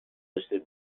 listed